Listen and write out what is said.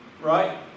right